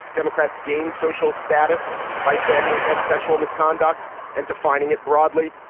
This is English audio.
democrats gain social status by standing against sexual misconduct and defining it broadly.